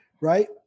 right